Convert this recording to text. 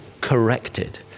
corrected